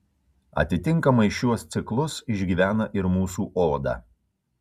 atitinkamai šiuos ciklus išgyvena ir mūsų oda